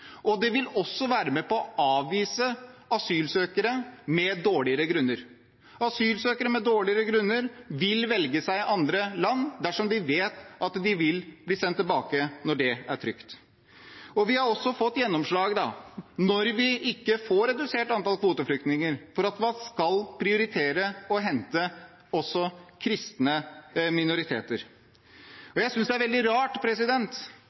og det vil også være med på å avvise asylsøkere med dårligere grunner. Asylsøkere med dårligere grunner vil velge seg andre land dersom de vet at de vil bli sendt tilbake når det er trygt. Vi har også fått gjennomslag – når vi nå ikke får redusert antall kvoteflyktninger – for at man skal prioritere å hente kristne minoriteter. Jeg synes det er veldig rart